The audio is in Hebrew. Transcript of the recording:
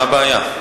מה הבעיה?